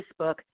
Facebook